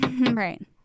Right